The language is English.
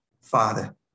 Father